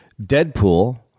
deadpool